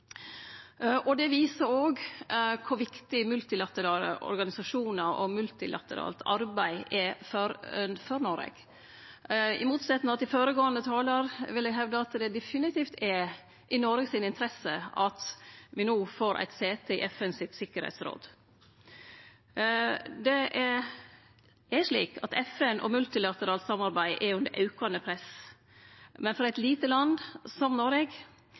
Det viser òg kor viktig multilaterale organisasjonar og multilateralt arbeid er for Noreg. I motsetnad til føregåande talar vil eg hevde at det definitivt er i Noreg si interesse at me no får eit sete i FNs tryggingsråd. Det er slik at FN og multilateralt samarbeid er under aukande press, men for eit lite land som Noreg